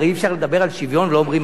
הרי אי-אפשר לדבר על שוויון אם לא אומרים